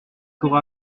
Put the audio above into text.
corps